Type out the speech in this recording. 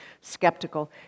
skeptical